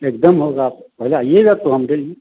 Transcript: एकदम होगा पहिले आइएगा तो हम देंगे